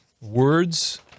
words